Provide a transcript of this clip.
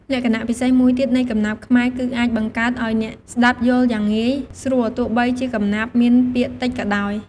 លក្ខណៈពិសេសមួយទៀតនៃកំណាព្យខ្មែរគឺអាចបង្កើតឲ្យអ្នកស្តាប់យល់យ៉ាងងាយ ស្រួល ទោះបីជាកំណាព្យមានពាក្យតិចក៏ដោយ។